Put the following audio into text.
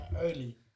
Early